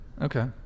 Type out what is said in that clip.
Okay